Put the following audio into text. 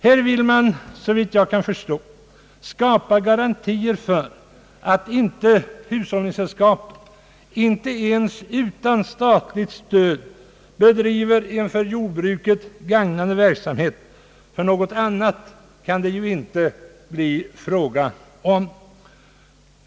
Här ville man, så vitt jag kan förstå, skapa garantier för att hushållningssällskapen inte ens utan statligt stöd skall bedriva en för jordbruket gagnande verksamhet — något annat kan det ju inte bli fråga om.